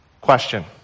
question